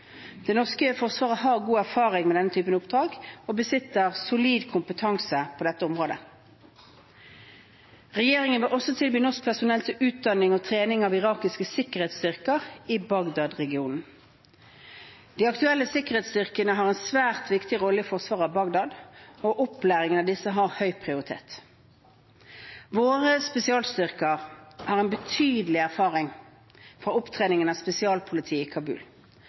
Det norske forsvaret har god erfaring med denne typen oppdrag og besitter solid kompetanse på dette området. Regjeringen vil også tilby norsk personell til utdanning og trening av irakiske sikkerhetsstyrker i Bagdad-regionen. De aktuelle sikkerhetsstyrkene har en svært viktig rolle i forsvaret av Bagdad, og opplæringen av disse har høy prioritet. Våre spesialstyrker har betydelig erfaring fra opptreningen av spesialpolitiet i Kabul